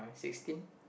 sixteen